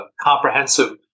comprehensive